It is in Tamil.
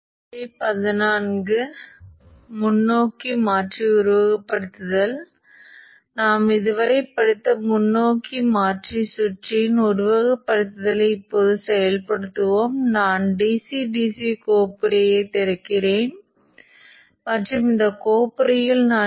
அலைவடிவங்கள் மற்றும் வடிவமைப்பு இந்த காணொளி உள்ளடக்கத்தில் அலை வடிவங்கள் முன்னோக்கி மாற்றியின் சில முக்கியமான அலைவடிவங்களைப் பார்க்கலாம்